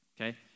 Okay